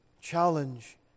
challenge